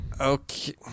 Okay